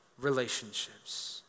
relationships